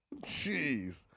Jeez